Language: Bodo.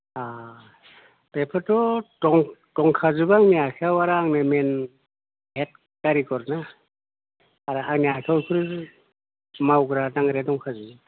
बेफोरथ' दं दंखाजोबो आंनि आखइआव आरो आं मेइन हेड कारिकर ना आरो आंनि आखाइआवथ' मावग्रा दांग्राया दंखाजोबो